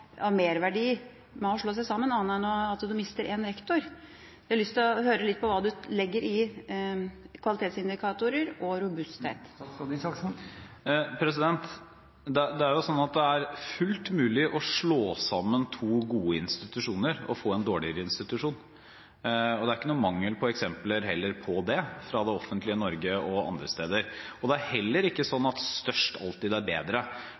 av merverdi ved å slå seg sammen, annet enn at de mister en rektor? Jeg har lyst til å høre litt hva statsråden legger i kvalitetsindikatorer og robusthet. Det er jo slik at det er fullt mulig å slå sammen to gode institusjoner og få en dårligere institusjon, og det er heller ikke noen mangel på eksempler på det fra det offentlige Norge og andre steder. Det er heller ikke slik at størst alltid er bedre.